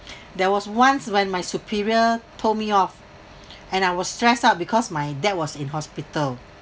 there was once when my superior told me off and I was stressed out because my dad was in hospital